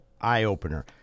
eye-opener